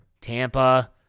Tampa